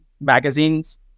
magazines